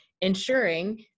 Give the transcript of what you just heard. ensuring